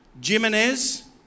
Jimenez